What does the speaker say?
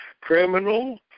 criminal